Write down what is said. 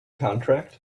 contract